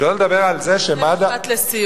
שלא לדבר על זה שמד"א ומשפט לסיום.